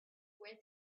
where